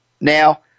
Now